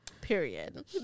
period